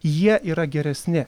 jie yra geresni